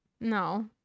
No